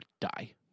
die